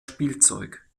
spielzeug